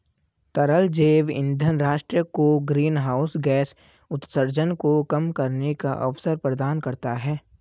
तरल जैव ईंधन राष्ट्र को ग्रीनहाउस गैस उत्सर्जन को कम करने का अवसर प्रदान करता है